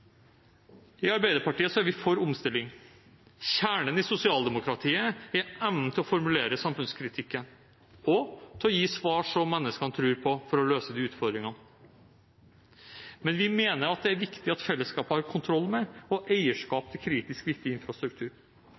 I Arbeiderpartiet er vi for omstilling. Kjernen i sosialdemokratiet er evnen til å formulere samfunnskritikken og til å gi svar som menneskene tror på for å løse de utfordringene. Men vi mener at det er viktig at fellesskapet har kontroll med og eierskap til kritisk viktig infrastruktur.